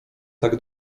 tak